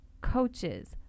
coaches